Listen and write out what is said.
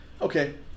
Okay